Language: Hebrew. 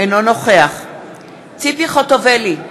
אינו נוכח ציפי חוטובלי,